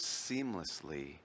seamlessly